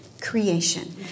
creation